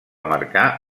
marcar